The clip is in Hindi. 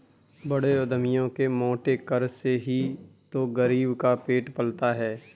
बड़े उद्यमियों के मोटे कर से ही तो गरीब का पेट पलता है